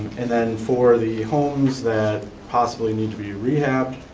and then for the homes that possibly need to be rehabbed,